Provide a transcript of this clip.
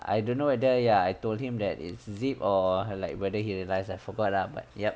I don't know whether ya I told him that it's zip or like whether he realize I forgot lah but yup